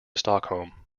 stockholm